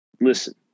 listen